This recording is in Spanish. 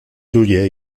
huye